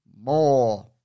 more